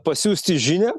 pasiųsti žinią